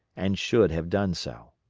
and should have done so.